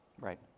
Right